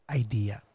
idea